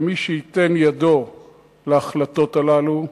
ומי שייתן את ידו להחלטות האלה,